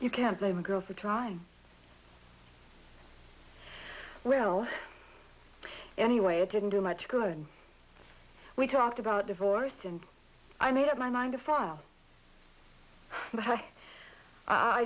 you can't blame a girl for trying well anyway it didn't do much good we talked about divorce and i made up my mind to file but i